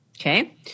Okay